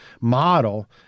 model